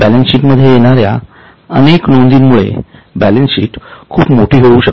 balance sheet मध्ये येणाऱ्या अनेक नोंदी मुळे बॅलन्स शीट खूप मोठी होऊ शकते